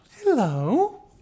Hello